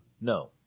no